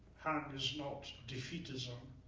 han is not defeatism,